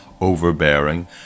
overbearing